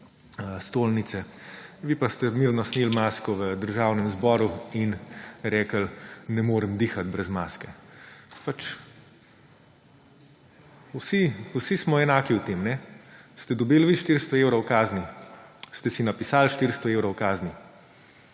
stolnice. Vi pa ste mirno sneli masko v Državnem zboru in rekli: »Ne morem dihati z masko.« Pač vsi smo enaki v tem. Ste dobili vi 400 evrov kazni? Ste si napisali 400 evrov kazni?